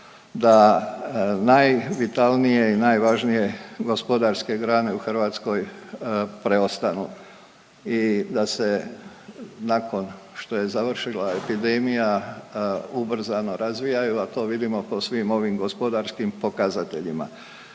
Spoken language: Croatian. da najvitalnije i najvažnije gospodarske grane u Hrvatskoj preostanu i da se nakon što je završila epidemija ubrzano razvijaju, a to vidimo po svim ovim gospodarskim pokazateljima.